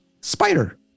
Spider